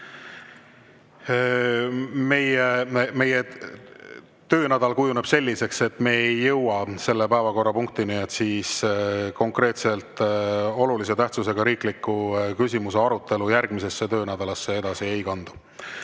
meie töönädal kujuneb selliseks, et me ei jõua selle päevakorrapunktini, siis olulise tähtsusega riikliku küsimuse arutelu järgmisesse töönädalasse edasi ei kandu.